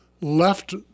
left